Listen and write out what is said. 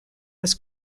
was